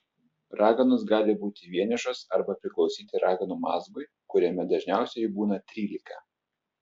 raganos gali būti vienišos arba priklausyti raganų mazgui kuriame dažniausiai jų būna trylika